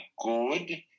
good